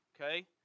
okay